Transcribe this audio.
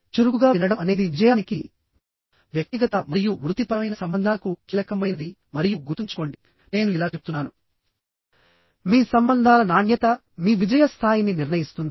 చురుకుగా వినడం అనేది విజయానికి వ్యక్తిగత మరియు వృత్తిపరమైన సంబంధాలకు కీలకమైనది మరియు గుర్తుంచుకోండి నేను ఇలా చెప్తున్నాను మీ సంబంధాల నాణ్యత మీ విజయ స్థాయిని నిర్ణయిస్తుంది